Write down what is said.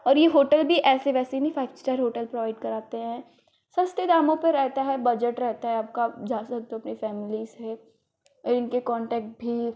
ये होटेल भी ऐसे वैसे नही फाइव स्टार होटल प्रोवाइड कराते हैं सस्ते दामों पर रहता है बजट रहता है आपका जा सकते है अपनी फैमिली से इनके कॉन्टेक्ट भी